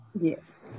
Yes